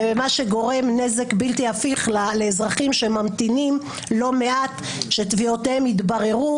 מה שגורם נזק בלתי הפיך לאזרחים שממתינים לא מעט שתביעותיהם יתבררו,